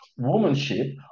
womanship